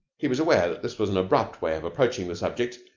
he was aware that this was an abrupt way of approaching the subject,